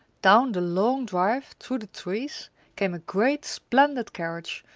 down the long drive through the trees came a great, splendid carriage,